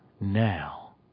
now